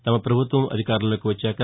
తమ ప్రభుత్వం అధికారంలోకి వచ్చాక